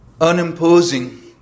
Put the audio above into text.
unimposing